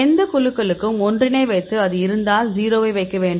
எந்தக் குழுக்களுக்கும் ஒன்றினை வைத்து அது இருந்தால் 0 ஐ வைக்க வேண்டும்